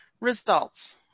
Results